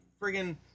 friggin